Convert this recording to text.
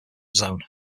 zone